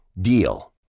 DEAL